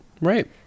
right